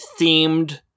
themed